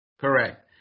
Correct